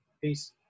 Peace